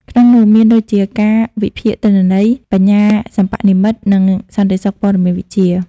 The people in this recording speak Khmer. ក្នុងនោះ មានដូចជា ការវិភាគទិន្នន័យ បញ្ញាសិប្បនិម្មិត និងសន្តិសុខព័ត៌មានវិទ្យា។